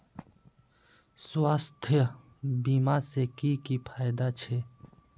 स्वास्थ्य बीमा से की की फायदा छे?